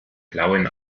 blauen